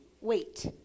wait